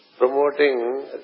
promoting